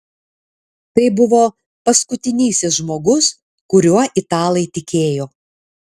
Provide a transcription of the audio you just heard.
tai buvo paskutinysis žmogus kuriuo italai tikėjo